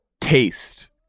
taste